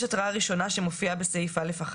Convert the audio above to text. יש התראה ראשונה, שמופיעה בסעיף קטן (א1),